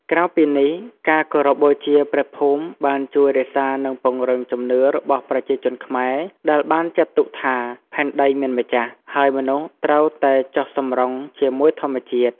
ក្រៅពីនេះ ការគោរពបូជាព្រះភូមិបានជួយរក្សានិងពង្រឹងជំនឿរបស់ប្រជាជនខ្មែរដែលបានចាត់ទុកថាផែនដីមានម្ចាស់ ហើយមនុស្សត្រូវតែចុះសម្រុងជាមួយធម្មជាតិ។